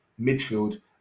midfield